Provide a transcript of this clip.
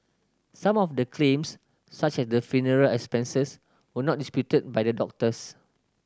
some of the claims such as for funeral expenses were not disputed by the doctors